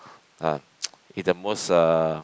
ah it's the most uh